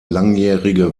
langjährige